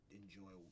enjoy